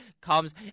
comes